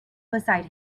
beside